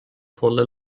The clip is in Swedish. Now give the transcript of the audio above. håller